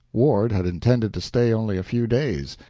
ward had intended to stay only a few days,